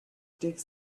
takes